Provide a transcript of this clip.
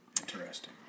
Interesting